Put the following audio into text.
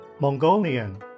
Mongolian